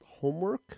homework